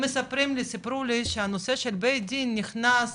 הם מספרים לי, שהנושא של בית דין, נכנס